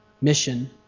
mission